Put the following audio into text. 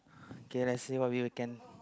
okay like say what we you can